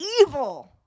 evil